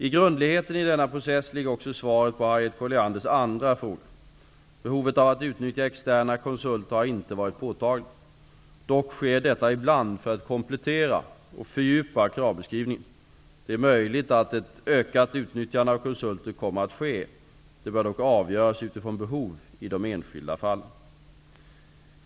I grundligheten i denna process ligger också svaret på Harriet Collianders andra fråga. Behovet av att utnyttja externa konsulter har inte varit påtagligt. Dock sker detta ibland för att komplettera och fördjupa kravbeskrivningen. Det är möjligt att ett ökat utnyttjande av konsulter kommer att ske. Det bör dock avgöras utifrån behov i de enskilda fallen.